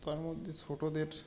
তার মধ্যে ছোটোদের